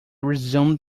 resumed